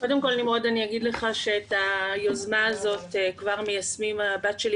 קודם כל אני אגיד לך שאת היוזמה הזאת כבר מיישמים הבת שלי